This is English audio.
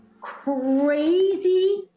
crazy